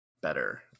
better